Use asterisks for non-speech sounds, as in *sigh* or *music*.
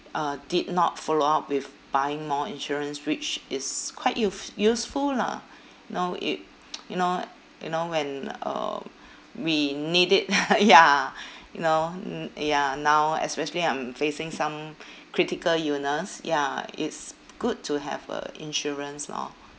uh did not follow up with buying more insurance which is quite useful lah you know it *noise* you know you know when uh we need it *laughs* ya you know mm ya now especially I'm facing some critical illness ya it's good to have a insurance lor